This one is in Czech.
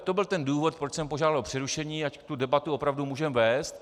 To byl ten důvod, proč jsem požádal o přerušení, ať tu debatu opravdu můžeme vést.